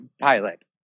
pilot